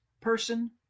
person